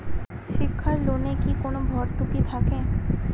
শিক্ষার লোনে কি কোনো ভরতুকি থাকে?